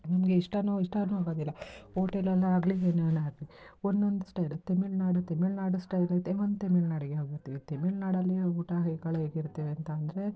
ನಿಮಗೆ ಇಷ್ಟವೂ ಇಷ್ಟವೂ ಆಗೋದಿಲ್ಲ ಓಟೆಲಲ್ಲಾಗಲಿ ಏನೇನಾಗಲಿ ಒನ್ನೊಂದು ಸ್ಟೈಲ್ ತಮಿಳ್ನಾಡು ತಮಿಳ್ನಾಡು ಸ್ಟೈಲಿದೆ ಒಂದು ತಮಿಳ್ನಾಡಿಗೆ ಹಾಗೂ ತಮಿಳ್ನಾಡಲ್ಲಿ ಊಟ ಹೈಕಳ್ ಹೇಗಿರುತ್ತವೆ ಅಂತ ಅಂದ್ರೆ